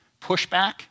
pushback